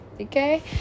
okay